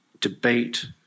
debate